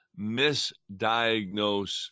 misdiagnose